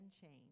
change